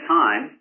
time